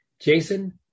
Jason